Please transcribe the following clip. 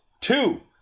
Two